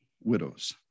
widows